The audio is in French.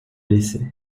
blessés